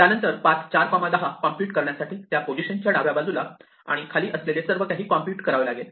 त्यानंतर path 410 compute करण्यासाठी त्या पोझिशन च्या डाव्या बाजूला आणि खाली असलेले सर्व काही कॉम्प्युट करावे लागेल